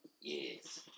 Yes